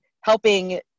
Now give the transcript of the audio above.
helping